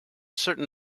certain